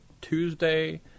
Tuesday